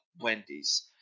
wendy's